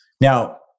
Now